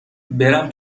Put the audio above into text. برم